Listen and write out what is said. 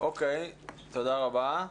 תודה רבה.